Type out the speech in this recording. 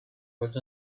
was